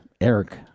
Eric